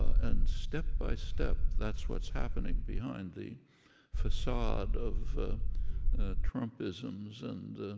and step by step, that's what's happening behind the facade of trumpisms and,